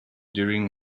during